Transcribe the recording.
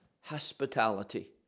hospitality